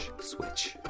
switch